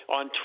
on